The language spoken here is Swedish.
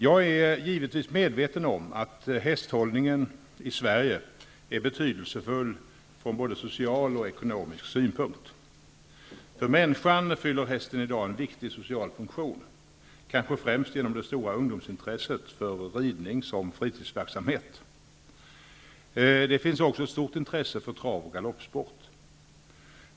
Jag är givetvis medveten om att hästhållningen i Sverige är betydelsefull från både social och ekonomisk synpunkt. För människan fyller hästen i dag en viktig social funktion, kanske främst genom det stora ungdomsintresset för ridning som fritidsverksamhet. Det finns också ett stort intresse för trav och galoppsport.